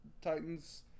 Titans